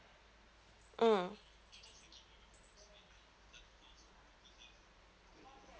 mm